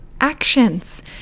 actions